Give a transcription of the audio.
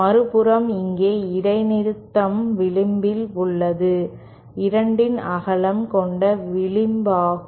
மறுபுறம் இங்கே இடைநிறுத்தம் விளிம்பில் உள்ளது 2 இன் அகலம் கொண்ட விளிம்பாகும்